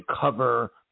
cover